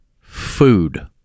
Food